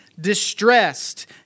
distressed